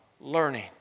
learning